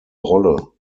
rolle